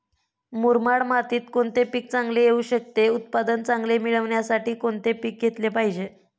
मुरमाड मातीत कोणते पीक चांगले येऊ शकते? उत्पादन चांगले मिळण्यासाठी कोणते पीक घेतले पाहिजे?